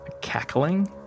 cackling